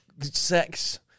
Sex